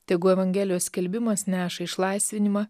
tegu evangelijos skelbimas neša išlaisvinimą